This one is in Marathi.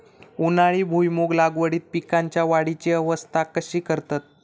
उन्हाळी भुईमूग लागवडीत पीकांच्या वाढीची अवस्था कशी करतत?